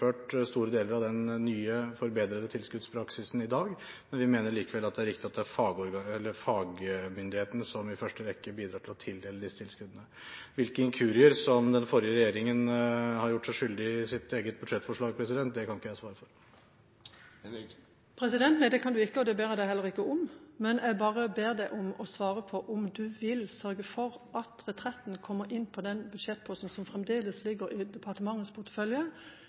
store deler av den nye forbedrede tilskuddspraksisen i dag, men vi mener likevel det er riktig at det er fagmyndighetene som i første rekke bidrar til å tildele disse tilskuddene. Hvilke inkurier som den forrige regjeringen har gjort seg skyldig i i sitt eget budsjettforslag, kan ikke jeg svare på. Nei, det kan du ikke, og det ber jeg deg heller ikke om. Jeg bare ber deg om å svare på om du vil sørge for at Retretten kommer inn på den budsjettposten som fremdeles ligger i departementets portefølje